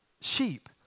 sheep